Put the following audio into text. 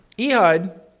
Ehud